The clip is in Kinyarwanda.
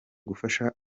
gufasha